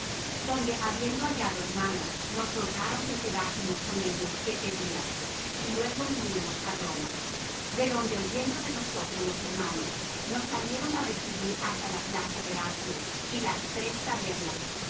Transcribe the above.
donde habiendo hallado hermanos nos rogaron que quedásemos con ellos siete días y luego vinimos á roma de donde oyendo de nosotros los hermanos nos salieron á recibir hasta la plaza de appio y las tres tabernas á